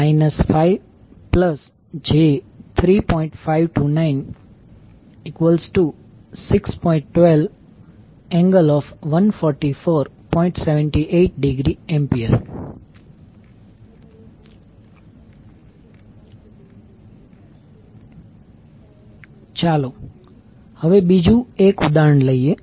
78°A મળશે ચાલો હવે બીજું એક ઉદાહરણ લઈએ